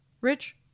Rich